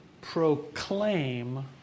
proclaim